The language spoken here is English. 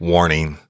Warning